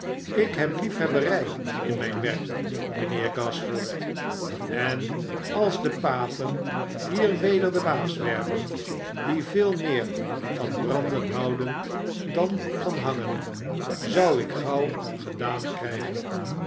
slk heb liefhebberij in mijn werk mijnheer gashford en als de papen hier weder de baas werden die veel meer van branden houden dan van hangen zou ik gauw gedaan krijgen